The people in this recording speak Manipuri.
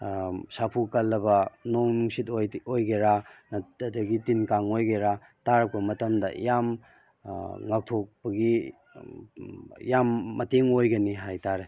ꯁꯥꯐꯨ ꯀꯜꯂꯕ ꯅꯣꯡ ꯅꯨꯡꯁꯤꯠ ꯑꯣꯏꯒꯦꯔꯥ ꯑꯗꯒꯤ ꯇꯤꯟ ꯀꯥꯡ ꯑꯣꯏꯒꯦꯔꯥ ꯇꯥꯔꯛꯄ ꯃꯇꯝꯗ ꯌꯥꯝ ꯉꯥꯛꯊꯣꯛꯄꯒꯤ ꯌꯥꯝ ꯃꯇꯦꯡ ꯑꯣꯏꯒꯅꯤ ꯍꯥꯏꯇꯥꯔꯦ